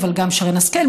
אבל גם שרן השכל,